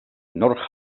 north